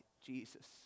jesus